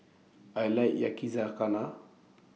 I like Yakizakana